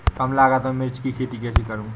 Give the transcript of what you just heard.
कम लागत में मिर्च की खेती कैसे करूँ?